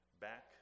back